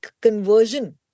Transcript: conversion